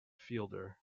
fielder